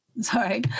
Sorry